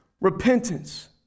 Repentance